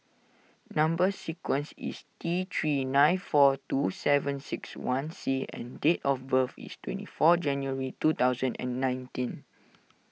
Number Sequence is T three nine four two seven six one C and date of birth is twenty four January two thousand and nineteen